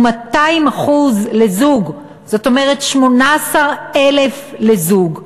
ו-200% לזוג זאת אומרת 18,000 לזוג.